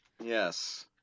Yes